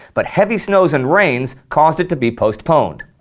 but heavy snows and rains caused it to be postponed.